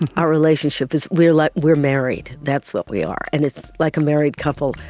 and our relationship is, we're like we're married, that's what we are, and it's like a married couple,